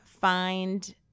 find